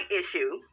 issue